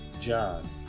John